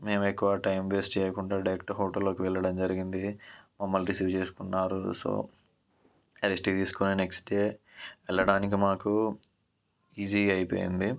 మేము ఎక్కువ time waste చేయకుండా డైరెక్ట్ హోటల్ లోకి వెళ్లడం జరిగింది మమ్మల్ని రిసీవ్ చేసుకున్నారు సో రెస్ట్ తీసుకుని నెక్స్ట్యే వెళ్లడానికి మాకు ఈజీ అయిపియింది